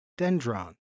dendron